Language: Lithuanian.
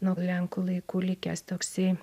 nuo lenkų laikų likęs toksai